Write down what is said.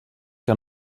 que